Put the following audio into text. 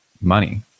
money